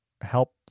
help